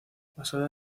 basada